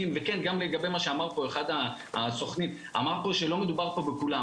-- אחד הסוכנים אמר פה שלא מדובר בכולם.